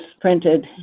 printed